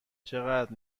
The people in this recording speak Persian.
چقدر